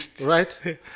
right